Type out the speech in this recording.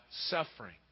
suffering